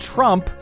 Trump